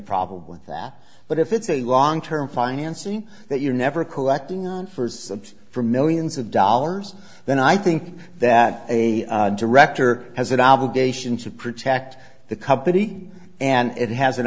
problem with that but if it's a long term financing that you're never collecting on for subs for millions of dollars then i think that a director has an obligation to protect the company and it has an